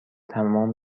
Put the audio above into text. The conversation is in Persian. تمام